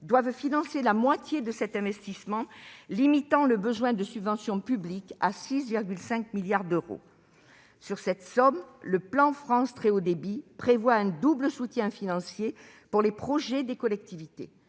doivent financer la moitié de cet investissement, limitant le besoin de subventions publiques à 6,5 milliards d'euros. Sur cette somme, le plan France Très haut débit prévoit un double soutien financier pour les projets des collectivités